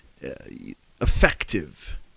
effective